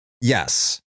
Yes